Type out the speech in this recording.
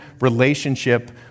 relationship